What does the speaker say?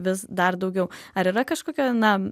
vis dar daugiau ar yra kažkokie na